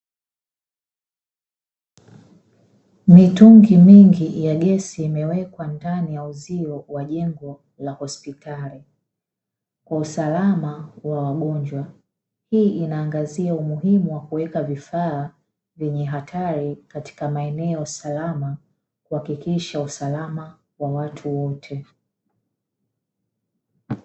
Mitungi mingi ya gesi imewekwa ndani ya uzio wa jengo la hospitali kwa usalama wa wagonjwa inaangazia umuhimu wa kuweka vifaa vyenye hatari katika maeneo salama kuhakikisha usalama wa watu wote.